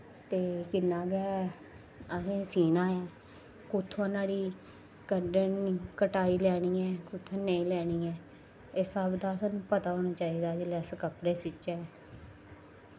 ते किन्नां गै अ'सें सीना ऐ कुत्थुआं नहाड़ी कटाई लैनी ऐ कुत्थूं नेईं लैनी ऐ एह् सब दा अ'सें गी पता होना चाहिदा जिसलै अस कपड़े सीच्चै